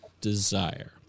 desire